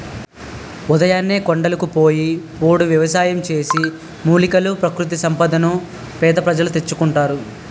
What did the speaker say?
ఉదయాన్నే కొండలకు పోయి పోడు వ్యవసాయం చేసి, మూలికలు, ప్రకృతి సంపదని పేద ప్రజలు తెచ్చుకుంటారు